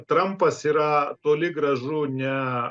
trampas yra toli gražu ne